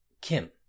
Kim